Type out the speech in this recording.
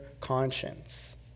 conscience